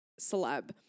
celeb